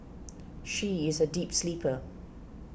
she is a deep sleeper